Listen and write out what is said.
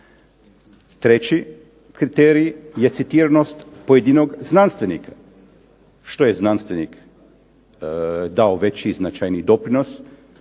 Treći kriterij je citiranost pojedinog znanstvenika. Što je znanstvenik dao veći i značajniji doprinos,